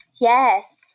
Yes